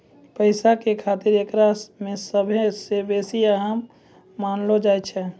पैसा के खतरा एकरा मे सभ से बेसी अहम मानलो जाय छै